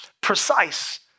precise